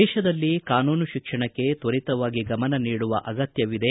ದೇಶದಲ್ಲಿ ಕಾನೂನು ಶಿಕ್ಷಣಕ್ಕೆ ತ್ವರಿತವಾಗಿ ಗಮನ ನೀಡುವ ಅಗತ್ಯವಿದೆ